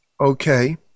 okay